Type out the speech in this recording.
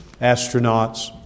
astronauts